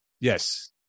Yes